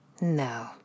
no